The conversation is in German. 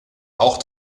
auch